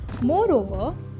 Moreover